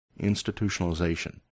institutionalization